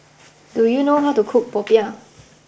do you know how to cook Popiah